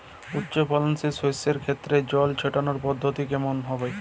উচ্চফলনশীল শস্যের ক্ষেত্রে জল ছেটানোর পদ্ধতিটি কমন হবে?